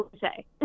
say